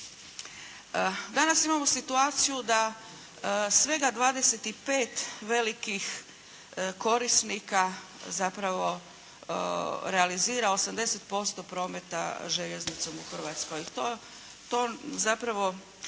Danas imamo situaciju da svega 25 velikih korisnika zapravo realizira 80% prometa željeznicom u Hrvatskoj, to zapravo